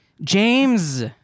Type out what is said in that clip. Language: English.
James